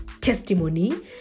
testimony